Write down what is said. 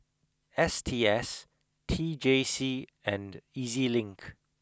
S T S T J C and E Z Link